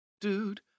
Dude